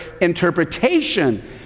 interpretation